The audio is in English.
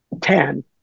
ten